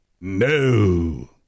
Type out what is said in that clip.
No